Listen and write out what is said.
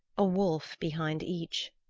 a wolf behind each.